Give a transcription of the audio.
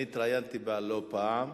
אני התראיינתי לה לא פעם אחת,